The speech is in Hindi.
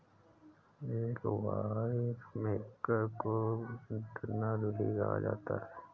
एक वाइनमेकर को विंटनर भी कहा जा सकता है